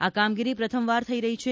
આ કામગીરી પ્રથમવાર થઇ રહી છે